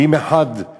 וגם אם רק אחד עובד,